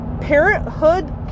parenthood